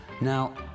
Now